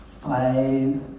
five